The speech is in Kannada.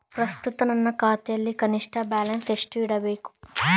ಪ್ರಸ್ತುತ ನನ್ನ ಖಾತೆಯಲ್ಲಿ ಕನಿಷ್ಠ ಬ್ಯಾಲೆನ್ಸ್ ಎಷ್ಟು ಇಡಬೇಕು?